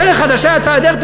דרך חדשה יצאה לדרך.